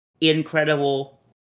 Incredible